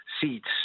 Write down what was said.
seats